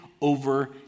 over